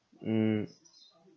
mm